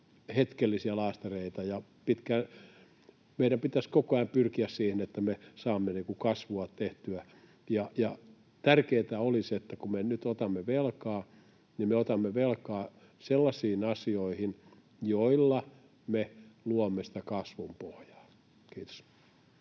hetkellisiä laastareita, ja meidän pitäisi koko ajan pyrkiä siihen, että me saamme kasvua tehtyä. Tärkeätä olisi, että kun me nyt otamme velkaa, niin me otamme velkaa sellaisiin asioihin, joilla me luomme sitä kasvun pohjaa. — Kiitos.